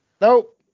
nope